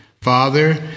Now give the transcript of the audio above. Father